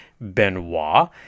Benoit